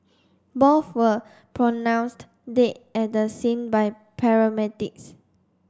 both were pronounced dead at the scene by paramedics